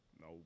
No